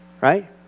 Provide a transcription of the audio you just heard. Right